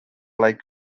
like